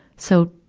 so,